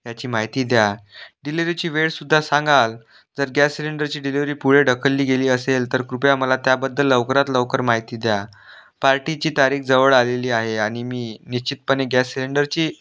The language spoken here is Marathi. याची माहिती द्या डिलिव्हरीची वेळसुद्धा सांगाल जर गॅस सिलेंडरची डिलिवरी पुढे ढकलली गेली असेल तर कृपया मला त्याबद्दल लवकरात लवकर माहिती द्या पार्टीची तारीख जवळ आलेली आहे आणि मी निश्चितपणे गॅस सिलेंडरची